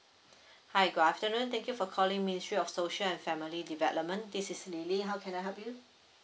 hi good afternoon thank you for calling ministry of social and family development this is lily how can I help you